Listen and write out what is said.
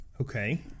Okay